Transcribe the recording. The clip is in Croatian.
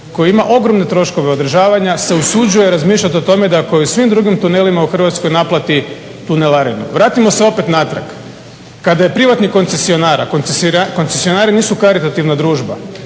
koji ima ogromne troškove održavanja se usuđuje razmišljati o tome da kao i u svim drugim tunelima u Hrvatskoj naplati tunelarinu. Vratimo se opet natrag. Kada je privatni koncesionari, koncesionari nisu karitativna družba